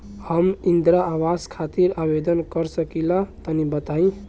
हम इंद्रा आवास खातिर आवेदन कर सकिला तनि बताई?